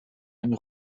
eine